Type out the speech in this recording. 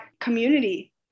community